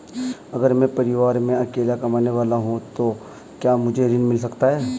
अगर मैं परिवार में अकेला कमाने वाला हूँ तो क्या मुझे ऋण मिल सकता है?